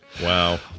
Wow